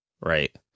right